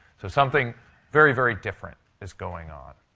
so something very, very different is going on.